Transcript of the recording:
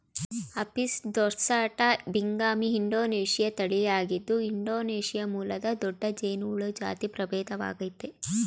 Apis ದೊರ್ಸಾಟಾ ಬಿಂಗಮಿ Indonesian ತಳಿಯಾಗಿದ್ದು ಇಂಡೊನೇಶಿಯಾ ಮೂಲದ ದೊಡ್ಡ ಜೇನುಹುಳ ಜಾತಿ ಪ್ರಭೇದವಾಗಯ್ತೆ